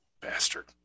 Bastard